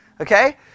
Okay